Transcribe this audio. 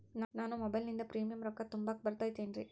ನಾನು ಮೊಬೈಲಿನಿಂದ್ ಪ್ರೇಮಿಯಂ ರೊಕ್ಕಾ ತುಂಬಾಕ್ ಬರತೈತೇನ್ರೇ?